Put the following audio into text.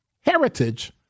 heritage